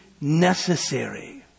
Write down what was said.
necessary